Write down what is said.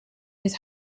his